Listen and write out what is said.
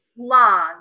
long